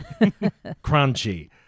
Crunchy